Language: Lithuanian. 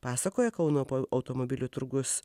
pasakoja kauno automobilių turgus